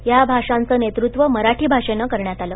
या भाषांचं नेतू व मराठी भाषेनं कर यात आलं